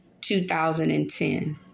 2010